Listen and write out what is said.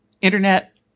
internet